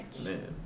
man